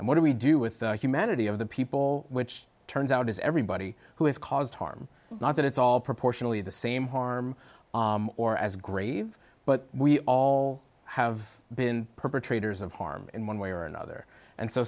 and what do we do with the humanity of the people which turns out is everybody who has caused harm not that it's all proportionally the same harm or as grave but we all have been perpetrators of harm in one way or another and so